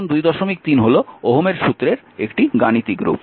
সুতরাং সমীকরণ 23 হল ওহমের সূত্রের একটি গাণিতিক রূপ